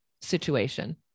situation